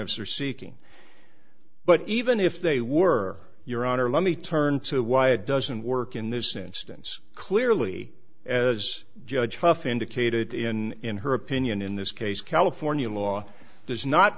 are seeking but even if they were your honor let me turn to why it doesn't work in this instance clearly as judge hough indicated in in her opinion in this case california law does not